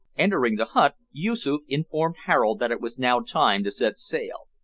entering the hut yoosoof informed harold that it was now time to set sail.